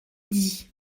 dit